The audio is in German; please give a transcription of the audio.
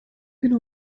genau